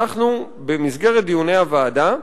במסגרת דיוני הוועדה,